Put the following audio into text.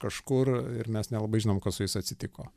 kažkur ir mes nelabai žinom kas su jais atsitiko